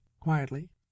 Quietly